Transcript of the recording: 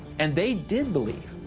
and they did believe,